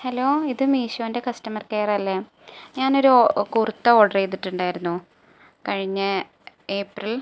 hello ഇത് മീഷോൻ്റെ customer കെയറല്ലേ ഞാൻ ഒരു കുർത്ത ഓർഡർ ചെയ്തിട്ടുണ്ടായിരുന്നു കഴിഞ്ഞ ഏപ്രിൽ